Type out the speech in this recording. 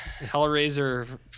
Hellraiser